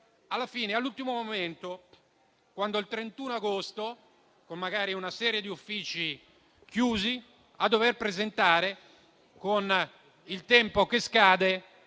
alla fine, all'ultimo momento, quando, il 31 agosto, magari con una serie di uffici chiusi, dovremo presentare, con il tempo che scade,